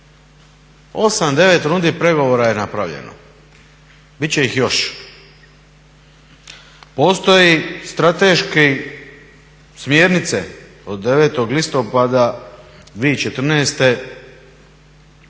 8, 9 rundi pregovora je napravljeno. Biti će ih još. Postoje strateške smjernice od 9. listopada 2014.